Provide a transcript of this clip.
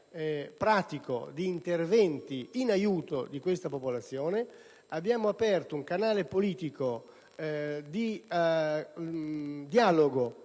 pratico di interventi in aiuto di questa popolazione ed abbiamo aperto un canale politico di dialogo